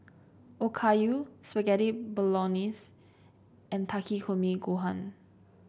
Okayu Spaghetti Bolognese and Takikomi Gohan